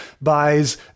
buys